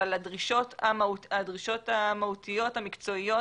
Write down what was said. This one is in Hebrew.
אבל הדרישות המהותיות המקצועיות